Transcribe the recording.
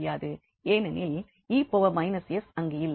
ஏனெனில் 𝑒−𝑠 அங்கு இல்லை